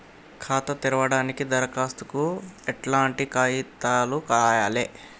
ఖాతా తెరవడానికి దరఖాస్తుకు ఎట్లాంటి కాయితాలు రాయాలే?